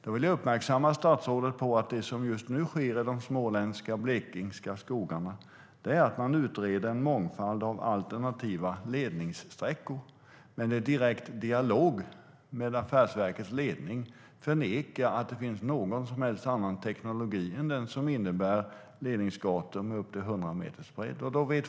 Jag vill då uppmärksamma statsrådet på att det som sker just nu i de småländska och blekingska skogarna är att man utreder en mångfald av alternativa ledningssträckor. Men i direkt dialog med affärsverkets ledning förnekas att det finns någon som helst annan teknologi än den som innebär ledningsgator med upp till 100 meters bredd.